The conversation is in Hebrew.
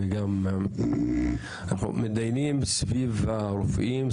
אנחנו מתדיינים סביב הרופאים,